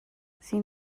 sin